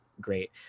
great